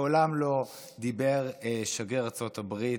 מעולם לא דיבר שגריר ארצות הברית,